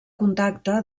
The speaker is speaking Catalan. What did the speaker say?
contacte